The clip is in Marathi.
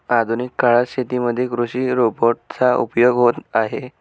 आधुनिक काळात शेतीमध्ये कृषि रोबोट चा उपयोग होत आहे